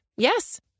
Yes